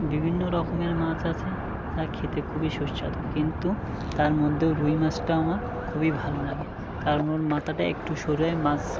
বিভিন্ন রকমের মাছ আছে যা খেতে খুবই সুস্বাদু কিন্তু তার মধ্যেও রুই মাছটা আমার খুবই ভালো লাগে কারণ ওর মাথাটা একটু সরু হয় মাছ